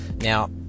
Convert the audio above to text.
Now